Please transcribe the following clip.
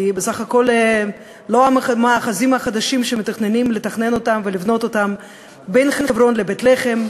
כי בסך הכול לא המאחזים החדשים שמתכננים לבנות בין חברון לבית-לחם,